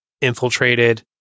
infiltrated